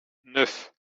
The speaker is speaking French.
neuf